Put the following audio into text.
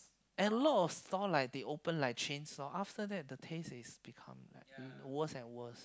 a lot of stall like they open like chain stall after that the taste is become like worse and worse